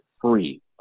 free